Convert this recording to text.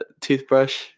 toothbrush